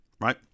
right